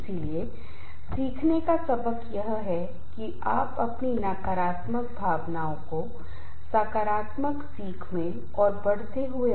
इसी तरह शोर भीड़ बढ़ता तापमान व्यस्त सड़क के माध्यम से कार्यालय जाने के लिए दैनिक आवागमन और अनियमित शिफ्ट कार्य तनाव का कारण बनता है और ये स्ट्रेसोर्स हैं